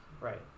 Right